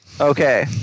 Okay